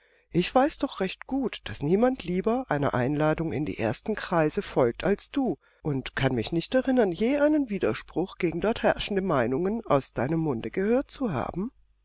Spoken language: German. ich weiß doch recht gut daß niemand lieber einer einladung in die ersten kreise folgt als du und kann mich nicht erinnern je einen widerspruch gegen dort herrschende meinungen aus deinem munde gehört zu haben